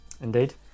Indeed